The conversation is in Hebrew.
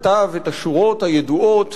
כתב את השורות הידועות